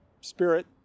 spirit